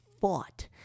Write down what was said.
fought